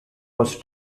was